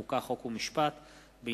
השכרה לטווח